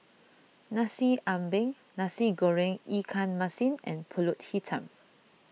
Nasi Ambeng Nasi Goreng Ikan Masin and Pulut Hitam